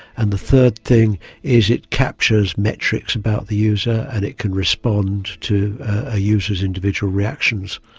and the third thing is it captures metrics about the user and it can respond to a user's individual reactions.